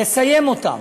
לסיים אותם,